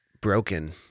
broken